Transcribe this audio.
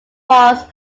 balls